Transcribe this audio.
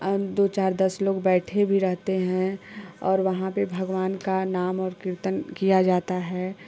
अब दो चार दस लोग बैठे भी रहते हैं और वहाँ पे भगवान का नाम और कीर्तन किया जाता है